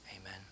Amen